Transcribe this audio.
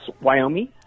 Wyoming